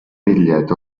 bitllet